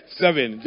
seven